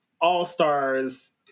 all-stars